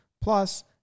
Plus